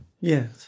yes